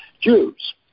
Jews